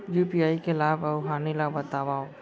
UPI के लाभ अऊ हानि ला बतावव